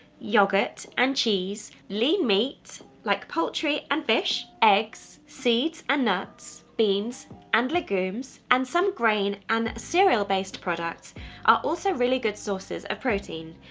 yogurt and cheese, lean meat like poultry and fish, eggs, seeds and nuts, beans and legumes and some grain and cereal-based products are also really good sources of protein,